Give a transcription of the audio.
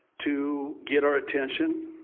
to get our attention,